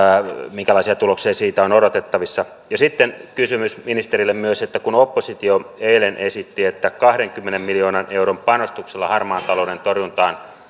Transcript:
minkälaisia tuloksia siitä on odotettavissa sitten kysymys ministerille myös kun oppositio eilen esitti että kahdenkymmenen miljoonan euron panostuksella harmaan talouden torjuntaan